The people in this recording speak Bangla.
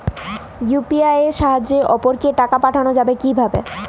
ইউ.পি.আই এর সাহায্যে অপরকে টাকা পাঠানো যাবে কিভাবে?